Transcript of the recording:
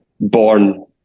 born